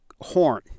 horn